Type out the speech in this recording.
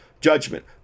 judgment